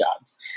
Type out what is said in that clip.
jobs